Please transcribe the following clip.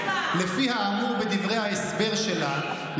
לפי האמור בדברי ההסבר שלה,